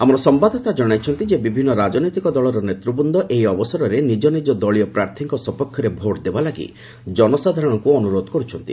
ଆମର ସମ୍ଭାଦଦାତା ଜଣାଇଛନ୍ତି ଯେ ବିଭିନ୍ନ ରାଜନୈତିକ ଦଳର ନେତୃବୃନ୍ଦ ଏହି ଅବସରରେ ନିଜ ନିଜ ଦେଳୀୟ ପ୍ରାର୍ଥୀଙ୍କ ସପକ୍ଷରେ ଭୋଟ୍ ଦେବା ଲାଗି ଜନସାଧାରଣଙ୍କୁ ଅନୁରୋଧ କରୁଛନ୍ତି